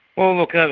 well look, ah